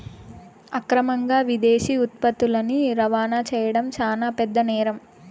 అక్రమంగా విదేశీ ఉత్పత్తులని రవాణా చేయడం శాన పెద్ద నేరం